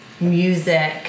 music